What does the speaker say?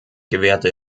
gewährte